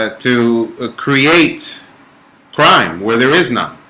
ah to ah create crime where there is not